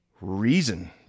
reason